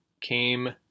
came